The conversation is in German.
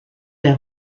der